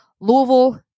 Louisville